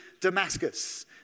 Damascus